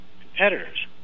competitors